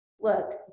look